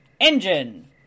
Engine